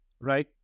Right